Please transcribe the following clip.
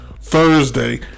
Thursday